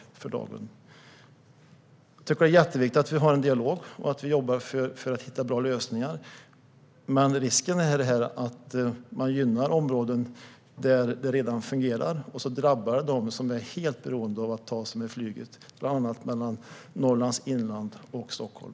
Jag tycker att det är jätteviktigt att vi har en dialog och att vi jobbar för att hitta bra lösningar. Men risken är att man gynnar områden där det redan fungerar, och sedan drabbas de som är helt beroende av flyget för att ta sig till exempel mellan Norrlands inland och Stockholm.